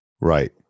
Right